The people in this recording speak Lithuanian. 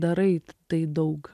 darai tai daug